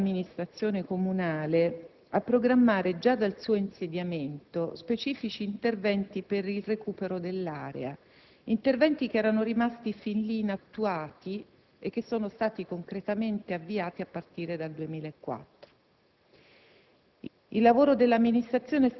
Tale situazione ha indotto l'attuale amministrazione comunale a programmare, già dal suo insediamento, specifici interventi per il recupero dell'area, che erano rimasti fin lì inattuati e che sono stati concretamente avviati a partire dal 2004.